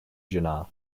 jinnah